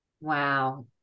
Wow